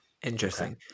Interesting